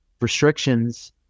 restrictions